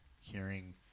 hearing